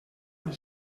del